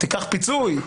קח פיצוי,